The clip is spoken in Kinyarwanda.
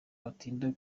batinda